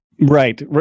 right